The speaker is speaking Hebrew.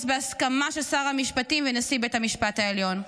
בהסכמה של שר המשפטים ונשיא בית המשפט העליון.